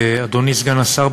אדוני סגן השר,